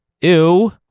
Ew